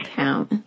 count